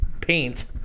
paint